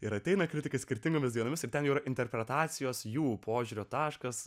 ir ateina kritikais skirtingomis dienomis ir ten yra interpretacijos jų požiūrio taškas